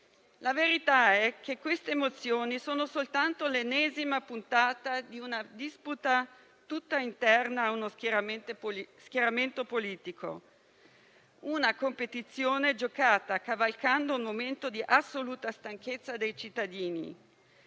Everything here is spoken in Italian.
La verità è che queste mozioni sono soltanto l'ennesima puntata di una disputa tutta interna a uno schieramento politico; una competizione giocata cavalcando un momento di assoluta stanchezza dei cittadini,